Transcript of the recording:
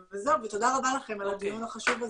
ותודה רבה לכם על הדיון החשוב הזה.